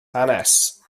hanes